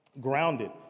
Grounded